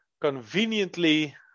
conveniently